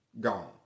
Gone